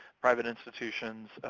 private institutions,